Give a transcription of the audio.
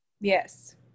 Yes